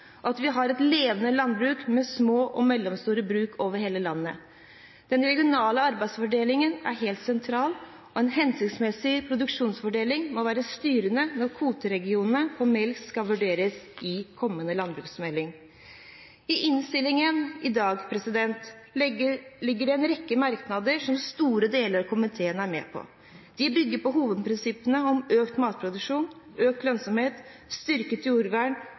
at vi har et levende landbruk med små og mellomstore bruk over hele landet. Den regionale arbeidsfordelingen er helt sentral, og en hensiktsmessig produksjonsfordeling må være styrende når kvoteregionene for melk skal vurderes i kommende landbruksmelding. I dagens innstilling ligger det en rekke merknader som store deler av komiteen er med på. De bygger på hovedprinsippene om økt matproduksjon, økt lønnsomhet, styrket jordvern